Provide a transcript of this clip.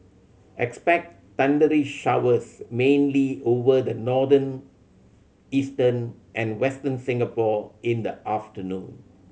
expect thundery showers mainly over the northern eastern and Western Singapore in the afternoon